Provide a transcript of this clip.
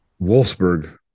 Wolfsburg